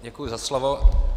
Děkuji za slovo.